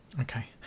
Okay